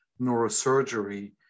neurosurgery